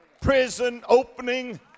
prison-opening